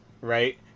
right